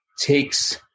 takes